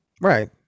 Right